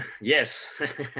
Yes